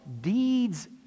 deeds